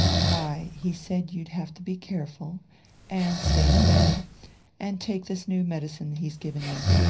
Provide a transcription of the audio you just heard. why, he said you'd have to be careful and stay in bed and take this new medicine he's given you.